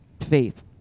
Faith